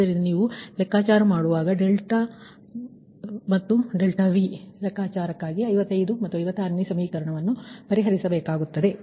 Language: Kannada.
ಆದ್ದರಿಂದ ನೀವು ಇದನ್ನು ಲೆಕ್ಕಾಚಾರ ಮಾಡಬೇಕು ಇದರ ನಂತರ ನೀವು ∆δ ಮತ್ತು ∆V ಲೆಕ್ಕಾಚಾರಕ್ಕಾಗಿ 55 ಮತ್ತು 56ನೇ ಸಮೀಕರಣವನ್ನು ಪರಿಹರಿಸಬೇಕಾಗುತ್ತದೆ